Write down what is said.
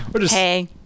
Hey